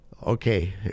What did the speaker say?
Okay